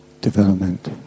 development